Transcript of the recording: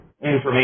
information